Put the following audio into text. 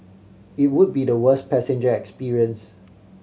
it would be the worst passenger experience